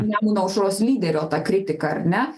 nemuno aušros lyderio ta kritika ar ne